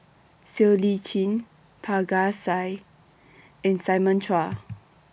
Siow Lee Chin Parga Singh and Simon Chua